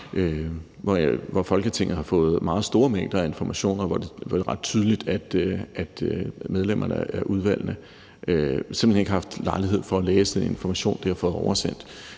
at Folketinget har fået meget store mængder af informationer, hvor det var ret tydeligt, at medlemmerne af udvalgene simpelt hen ikke havde haft lejlighed til at læse den information, der var blevet oversendt,